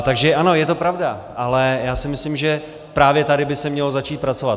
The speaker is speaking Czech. Takže ano, je to pravda, ale já si myslím, že právě tady by se mělo začít pracovat.